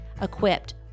equipped